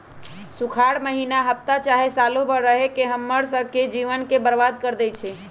सुखार माहिन्ना हफ्ता चाहे सालों भर रहके हम्मर स के जीवन के बर्बाद कर देई छई